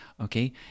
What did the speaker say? Okay